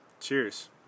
Cheers